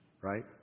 right